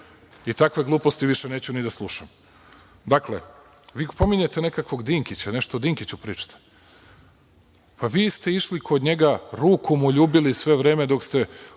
I takve gluposti više neću ni da slušam. Dakle, vi pominjete nekakvog Dinkića, nešto o Dinkiću pričate. Vi ste išli kod njega, ruku mu ljubili sve vreme dok ste